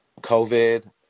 COVID